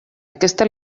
aquesta